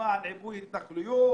למען עיבוי התנחלויות,